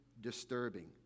disturbing